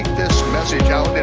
this message out and